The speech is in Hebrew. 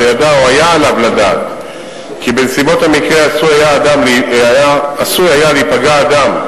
שידע או שהיה עליו לדעת כי בנסיבות המקרה עשוי היה להיפגע אדם,